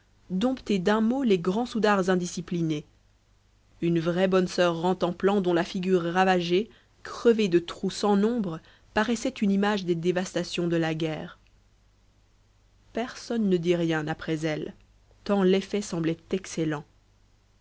dompter d'un mot les grands soudards indisciplinés une vraie bonne soeur ran tan plan dont la figure ravagée crevée de trous sans nombre paraissait une image des dévastations de la guerre personne ne dit rien après elle tant l'effet semblait excellent